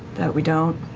that we don't.